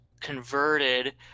converted